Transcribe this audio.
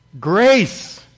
grace